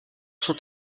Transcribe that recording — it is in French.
sont